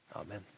Amen